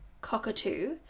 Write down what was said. cockatoo